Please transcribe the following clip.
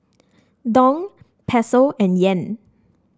Dong Peso and Yen